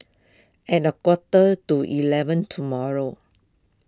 at a quarter to eleven tomorrow